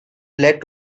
led